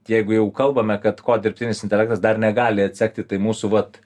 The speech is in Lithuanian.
jeigu jau kalbame kad ko dirbtinis intelektas dar negali atsekti tai mūsų vat